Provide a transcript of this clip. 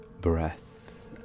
breath